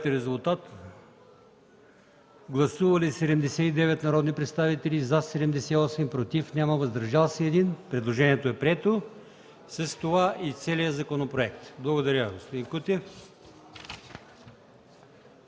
нов § 23. Гласували 79 народни представители: за 78, против няма, въздържал се 1. Предложението е прието – с това и целият законопроект. Благодаря, господин Кутев.